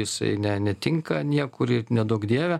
jisai ne netinka niekur ir neduok dieve